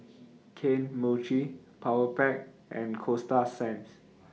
Kane Mochi Powerpac and Coasta Sands